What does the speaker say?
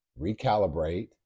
recalibrate